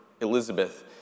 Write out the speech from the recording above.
Elizabeth